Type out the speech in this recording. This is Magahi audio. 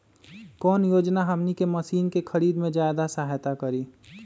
कौन योजना हमनी के मशीन के खरीद में ज्यादा सहायता करी?